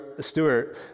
Stewart